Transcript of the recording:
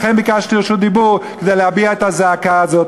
לכן ביקשתי רשות דיבור, כדי להביע את הזעקה הזאת.